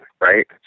right